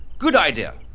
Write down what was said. good idea.